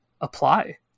apply